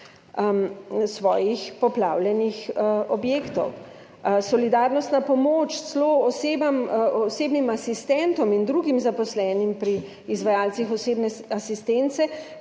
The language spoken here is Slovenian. svojih poplavljenih objektov. Solidarnostna pomoč celo osebam, osebnim asistentom in drugim zaposlenim pri izvajalcih osebne asistence,